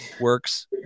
works